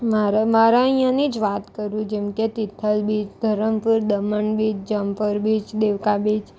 મારે મારા અહીંયાંનીજ વાત કરું જેમકે Tithal beach Dharampur Daman beach Jampore beach Devka beach